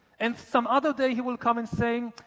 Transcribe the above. and some other day, he will come and say,